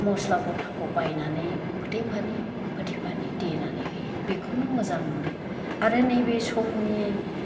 मस्ला गथाखौ बायनानै फोथिफानि बोथिफानि देनानै होयो बेखौनो मोजां मोनो आरो नैबे समनि